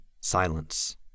Silence